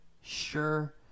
Sure